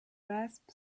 rasp